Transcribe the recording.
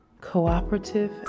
cooperative